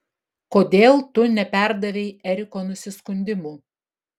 kodėl tu neperdavei eriko nusiskundimų